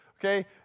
okay